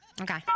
Okay